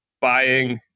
buying